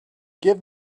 give